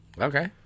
Okay